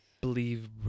believe